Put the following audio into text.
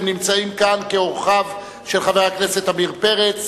הם נמצאים כאן כאורחיו של חבר הכנסת עמיר פרץ,